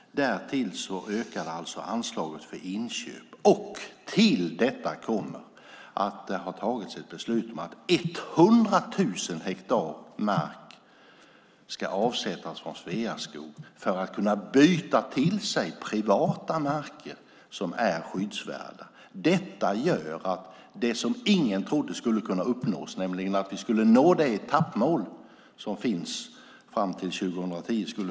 Därtill ökade alltså anslaget för inköp. Till detta kommer att det har fattats ett beslut om att 100 000 hektar mark ska avsättas från Sveaskog för att de ska kunna byta till sig privata marker som är skyddsvärda. Detta gör att vi har uppnått det som ingen trodde skulle kunna uppnås, nämligen det etappmål som fanns fram till 2010.